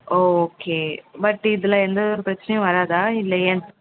O okay but இதில் எந்த வித பிரச்சினையும் வராதா இல்லை ஏன்